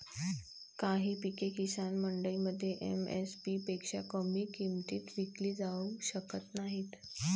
काही पिके किसान मंडईमध्ये एम.एस.पी पेक्षा कमी किमतीत विकली जाऊ शकत नाहीत